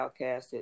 outcasted